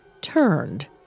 turned